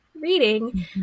reading